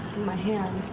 my hand.